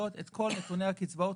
אה,